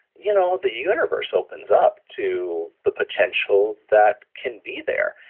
you know the universe opens up to the potential that can be there.